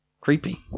creepy